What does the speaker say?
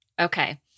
Okay